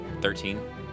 thirteen